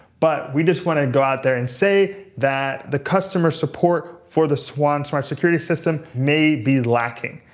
but we just want to go out there and say that the customer support for the swann smart security system may be lacking.